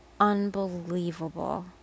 unbelievable